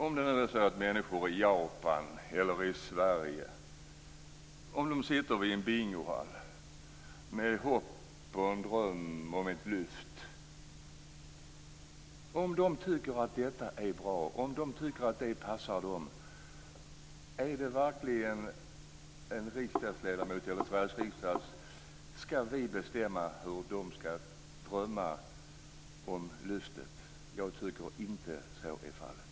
Om människor i Japan eller i Sverige som sitter i en bingohall med ett hopp, en dröm, om ett lyft tycker att detta är bra, skall Sveriges riksdag bestämma hur de skall drömma om lyftet? Jag tycker inte att så är fallet.